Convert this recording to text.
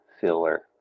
filler